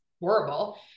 horrible